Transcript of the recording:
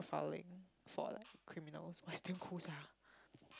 profiling for like criminals !wah! it's damn cool sia